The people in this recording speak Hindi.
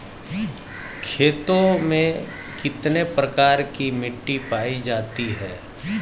खेतों में कितने प्रकार की मिटी पायी जाती हैं?